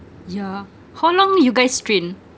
yeah how long you guys trained